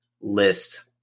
list